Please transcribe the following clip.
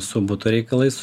su buto reikalais